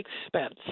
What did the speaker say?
expense